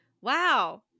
Wow